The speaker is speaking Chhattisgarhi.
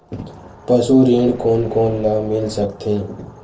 पशु ऋण कोन कोन ल मिल सकथे?